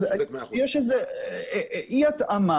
יש אי התאמה.